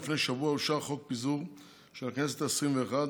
לפני שבוע אושר חוק פיזור הכנסת העשרים-ואחת,